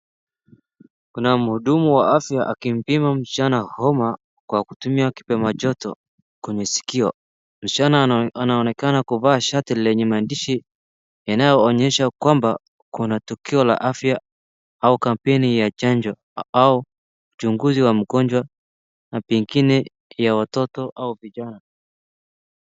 Kuna mhudumu wa afya akimpima msichana homa kwa kutumia kipimajoto kwenye sikio. Msichana anaonekana kuvaa shati lenye maandishi yanayoonyesha kwamba wanatukio wa afya au kampeni ya chanjo au uchunguzi wa mgonjwa na pengine ya watoto au vijana.